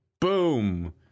Boom